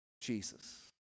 Jesus